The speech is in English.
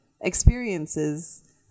experiences